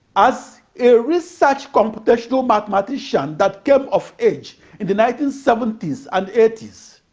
as a research computational mathematician that came of age in the nineteen seventy s and eighty s,